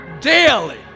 daily